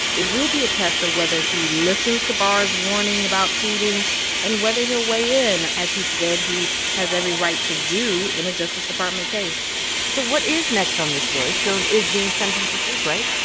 it will be a test of whether he listens to barr's warning about tweeting and whether he'll weigh in, as he said, he has every right to do in a justice department case so what is next on this story? stone is being sentenced this week, right?